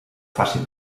faci